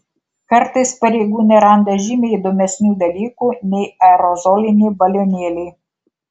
kartais pareigūnai randa žymiai įdomesnių dalykų nei aerozoliniai balionėliai